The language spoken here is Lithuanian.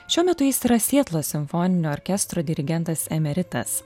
šiuo metu jis yra sietlo simfoninio orkestro dirigentas emeritas